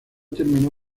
terminó